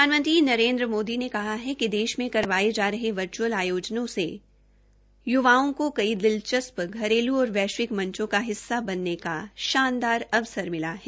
प्रधानमंत्री नरेन्द्र मोदी ने कहा है कि देश में करवाये जा रहे वर्च्अल आयोजनों को कई दिलचस्प घरेलू और वैश्विक मंचों का हिस्सा बनने का शानदार अवसर मिला है